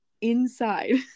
inside